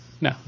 No